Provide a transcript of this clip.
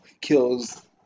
Kills